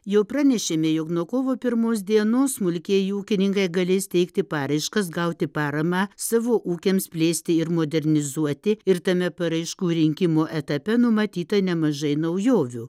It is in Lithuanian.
jau pranešėme jog nuo kovo pirmos dienos smulkieji ūkininkai galės teikti paraiškas gauti paramą savo ūkiams plėsti ir modernizuoti ir tame paraiškų rinkimo etape numatyta nemažai naujovių